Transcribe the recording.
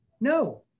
No